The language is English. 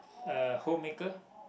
uh homemaker